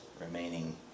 remaining